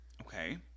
Okay